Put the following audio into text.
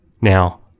Now